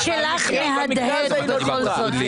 הקול שלך מהדהד בכל זאת, יסמין.